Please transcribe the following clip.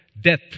death